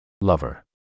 Lover